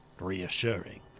reassuring